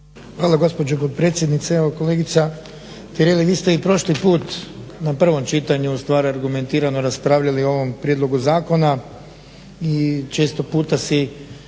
Hvala gospođo potpredsjednice. Evo kolegice Tireli vi ste i prošli put na prvom čitanju ustvari argumentirano raspravljali o ovom prijedlogu zakona i često puta si